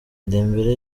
dembele